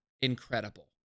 incredible